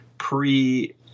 pre